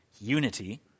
unity